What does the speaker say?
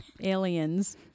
aliens